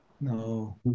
No